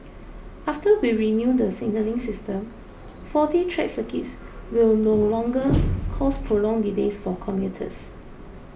after we renew the signalling system faulty track circuits will no longer cause prolonged delays for commuters